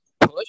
push